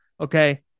okay